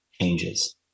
changes